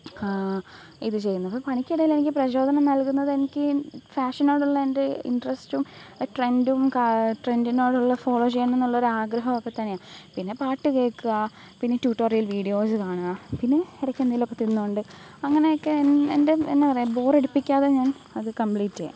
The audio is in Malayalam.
ഇത് ചെയ്യുന്നപ്പോള് പണിക്കിടയിലെനിക്ക് പ്രചോദനം നല്കുന്നതെനിക്ക് ഫാഷനോടൊള്ള എന്റെ ഇന്ട്രസ്റ്റും അ ട്രെന്ഡും ട്രെന്ഡിനോടുള്ള ഫോളോ ചെയ്യണമെന്നുള്ളൊരാഗ്രഹമൊക്കെത്തന്നെയാണ് പിന്നെ പാട്ട് കേള്ക്കുക പിന്നീ റ്റൂറ്റോറിയല് വീഡ്യോസ്സ് കാണുക പിന്നെ ഇടയ്ക്കെന്തെങ്കിലുമൊക്കെ തിന്നുകൊണ്ട് അങ്ങനെയൊക്കെ എന്റെ എന്നാപറയുക ബോറടിപ്പിക്കാതെ ഞാന് അത് കമ്പ്ലീറ്റെയും